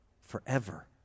Forever